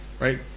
right